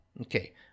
okay